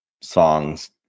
songs